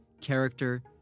character